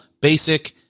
basic